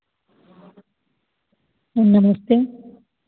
नमस्ते